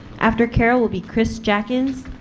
after carol will be chris jackins,